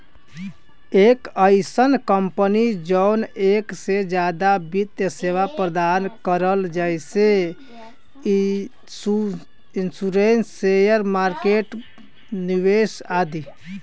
एक अइसन कंपनी जौन एक से जादा वित्त सेवा प्रदान करला जैसे इन्शुरन्स शेयर मार्केट निवेश आदि